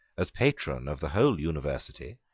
as patron of the whole university,